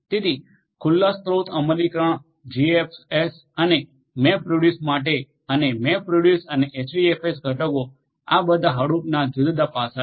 તેથી ખુલ્લા સ્રોત અમલીકરણ જીએફએસ અને મેપરિડયુસ માટે અને મેપરિડયુસ અને એચડીએફએસ ઘટકો આ બધા હડુપના જુદા જુદા પાસા છે